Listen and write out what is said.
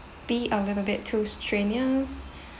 be a little bit too strenuous